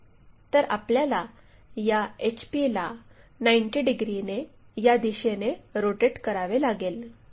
तर आपल्याला या HP ला 90 डिग्रीने या दिशेने रोटेट करावे लागेल